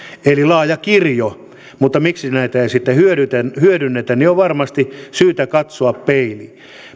laaja kirjo mutta miksi näitä ei sitten hyödynnetä on varmasti syytä katsoa peiliin